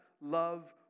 love